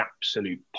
absolute